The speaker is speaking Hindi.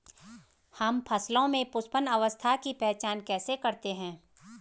हम फसलों में पुष्पन अवस्था की पहचान कैसे करते हैं?